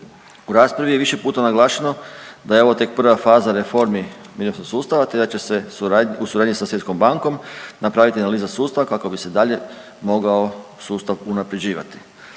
U raspravi je više puta naglašeno da je ovo tek prva faza reformi mirovinskog sustava, te da će se u suradnji sa Svjetskom bankom napraviti analiza sustava kako bi se dalje mogao sustav unaprjeđivati.